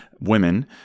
women